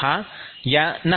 હાના